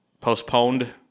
postponed